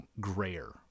grayer